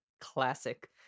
Classic